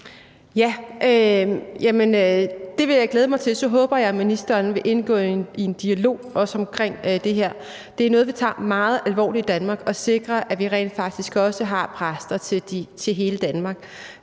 Jamen det vil jeg glæde mig til, og så håber jeg, ministeren vil indgå i en dialog, også omkring det her. Det er noget, vi tager meget alvorligt i Danmark – at sikre, at vi rent faktisk også har præster til hele Danmark